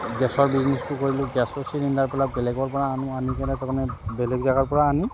গেছৰ বিজনেছটো কৰিলোঁ গেছৰ চিলিণ্ডাৰবিলাক বেলেগৰপৰা আনো আনি পনেই তাৰমানে বেলেগ জেগাৰপৰা আনি